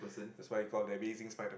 that's why it call that beating spider